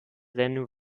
sendung